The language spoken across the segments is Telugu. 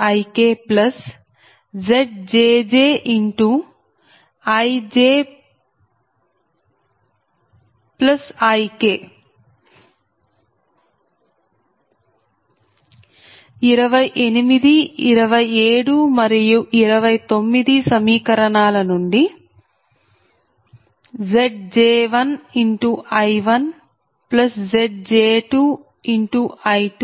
Z1iI1Zi2I2ZiiIiIkZijIj IkZinInZbIkZj1I1Zj2I2ZjiIiIkZjjIj IkZjnIn 28 27 మరియు 29 సమీకరణాల నుండి Zj1I1Zj2I2ZjiIiIkZjjIj IkZjnInZbIkZi1I1Zi2I2ZiiIiIkZijIj Ik 0Zi1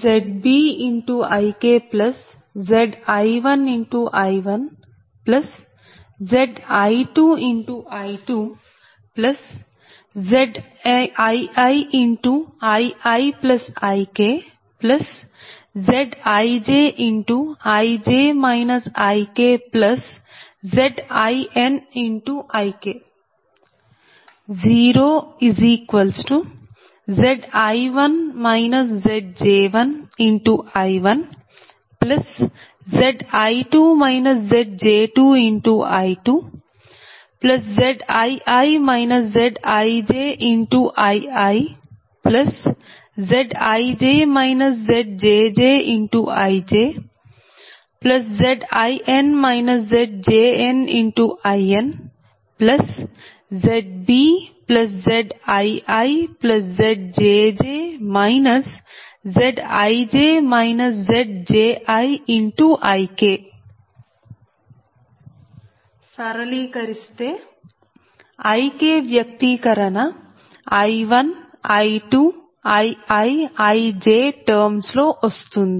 Zj1I1Zi2 Zj2I2Zii ZijIiZij ZjjIjZin ZjnInZbZiiZjj Zij Zji Ik సరళీకరిస్తే Ik వ్యక్తీకరణ I1I2IiIj టర్మ్స్ లో వస్తుంది